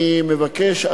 אני מבקש,